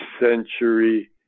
century